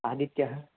आदित्यः